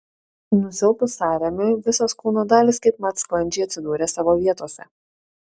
nusilpus sąrėmiui visos kūno dalys kaipmat sklandžiai atsidūrė savo vietose